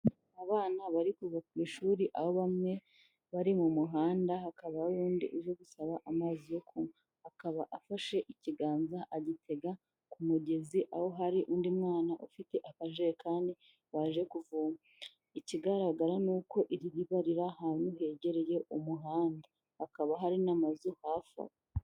Abana bari kuva ku ishuri aho bamwe bari mu muhanda hakaba hari undi uje gusaba amazi yo kunywa, akaba afashe ikiganza agitega ku mugezi, aho hari undi mwana ufite akajerekani waje kuvoma, ikigaragara ni uko iri riba riri ahantu hegereye umuhanda, hakaba hari n'amazu hafi aho.